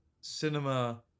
cinema